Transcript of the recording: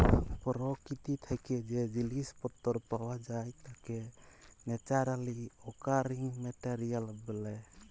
পরকিতি থ্যাকে যে জিলিস পত্তর পাওয়া যায় তাকে ন্যাচারালি অকারিং মেটেরিয়াল ব্যলে